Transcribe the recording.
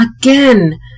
Again